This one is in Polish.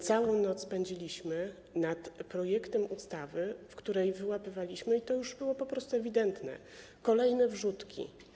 Całą noc spędziliśmy nad projektem ustawy, w której wyłapywaliśmy - i to już było ewidentne - kolejne wrzutki.